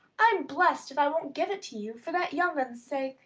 i'm blest if i won't give it to you for that young un's sake.